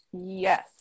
Yes